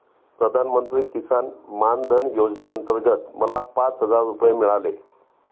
प्रधानमंत्री किसान मान धन योजनेअंतर्गत मला पाच हजार रुपये मिळाले